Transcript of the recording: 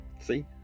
See